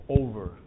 over